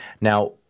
Now